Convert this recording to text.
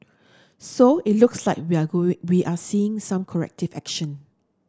so it looks like we are going we are seeing some corrective action